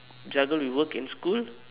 juggle with work and school